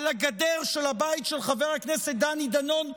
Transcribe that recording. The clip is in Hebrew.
על הגדר של הבית של חבר הכנסת דני דנון,